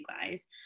guys